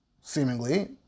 seemingly